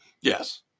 Yes